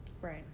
right